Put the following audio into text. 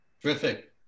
Terrific